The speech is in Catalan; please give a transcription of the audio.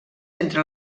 entre